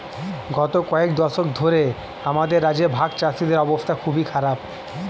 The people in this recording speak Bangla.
গত কয়েক দশক ধরে আমাদের রাজ্যে ভাগচাষীদের অবস্থা খুবই খারাপ